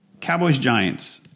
Cowboys-Giants